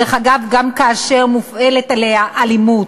דרך אגב, גם כאשר מופעלת עליה אלימות,